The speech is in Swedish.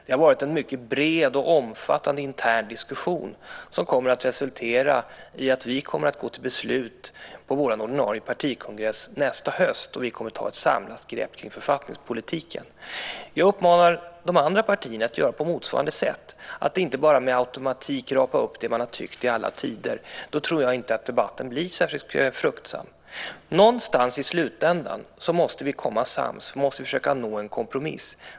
Det har varit en mycket bred och omfattande intern diskussion som kommer att resultera i att vi kommer att gå till beslut på vår ordinarie partikongress nästa höst, och vi kommer att ta ett samlat grepp kring författningspolitiken. Jag uppmanar de andra partierna att göra på motsvarande sätt och att inte bara med automatik rapa upp det man har tyckt i alla tider. Då tror jag inte att debatten blir särskilt fruktsam. Någonstans i slutändan måste vi komma sams och försöka nå en kompromiss.